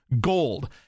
gold